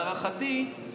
להערכתי,